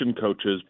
coaches